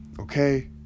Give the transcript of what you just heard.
Okay